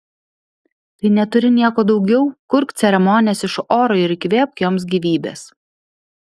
kai neturi nieko daugiau kurk ceremonijas iš oro ir įkvėpk joms gyvybės